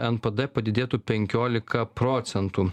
npd padidėtų penkiolika procentų